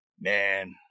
man